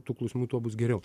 tų klausimų tuo bus geriau